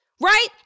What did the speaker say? right